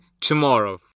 tomorrow